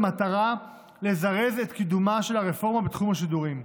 במטרה לזרז את קידומה של הרפורמה בתחום השידורים.